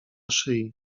szyi